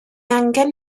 angen